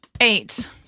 Eight